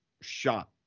shot